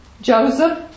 Joseph